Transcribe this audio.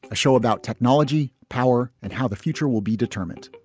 a show about technology, power and how the future will be determined.